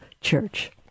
church